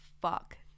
fuck